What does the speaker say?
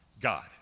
God